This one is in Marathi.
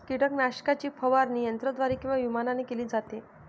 कीटकनाशकाची फवारणी यंत्राद्वारे किंवा विमानाने केली जाते